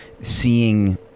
Seeing